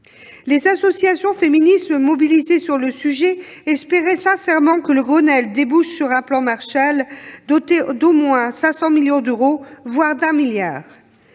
Les associations féministes mobilisées sur le sujet espéraient sincèrement que le Grenelle déboucherait sur un plan Marshall doté au moins de 500 millions d'euros, voire de 1 milliard